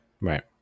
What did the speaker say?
Right